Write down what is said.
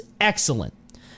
excellent